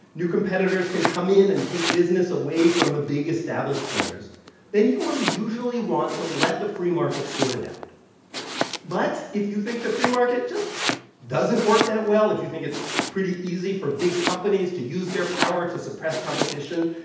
new competitors can come in and take business away from the big, established players then you will usually want to let the free market sort it out but if you think the free market just doesn't work that well, if you think it's pretty easy for big companies to use their power to suppress competition,